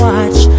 Watch